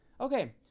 Okay